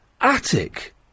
attic